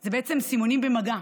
זה בעצם סימונים במגע,